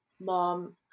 mom